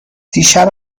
دیشب